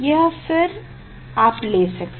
या फिर आप अभी ले लेंगे